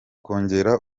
kongera